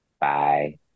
Bye